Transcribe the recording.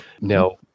Now